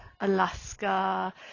Alaska